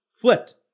flipped